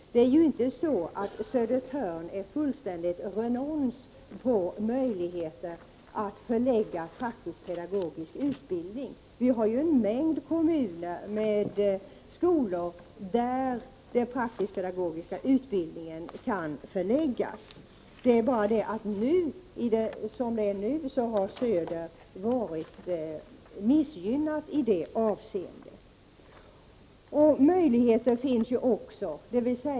Södertörn är ju inte fullständigt renons på möjligheter att ta emot praktisk-pedagogisk utbildning. Det finns en mängd kommuner med skolor, dit den praktisk-pedagogiska utbildningen kan förläggas. Som det nu är har den södra regiondelen varit missgynnad i detta avseende.